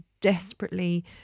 desperately